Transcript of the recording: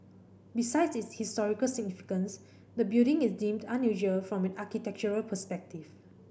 besides its historical significance the building is deemed unusual from an architectural perspective